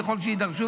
ככל שיידרשו,